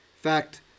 fact